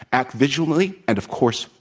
act vigilantly and, of course,